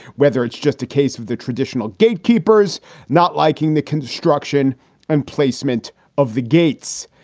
whether it's just a case of the traditional gatekeepers not liking the construction and placement of the gates.